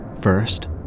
First